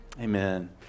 Amen